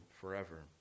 forever